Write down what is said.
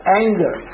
anger